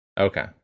Okay